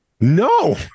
no